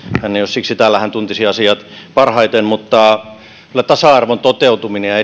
hän ei ole siksi täällä hän tuntisi asiat parhaiten mutta kyllä sukupuolten välisen tasa arvon toteutuminen ja